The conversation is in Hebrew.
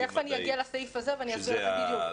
תיכף אני אגיע לסעיף הזה ואני אסביר לך בדיוק.